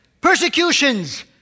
persecutions